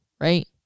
right